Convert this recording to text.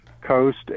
Coast